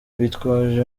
witwaje